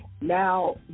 Now